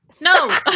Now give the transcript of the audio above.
No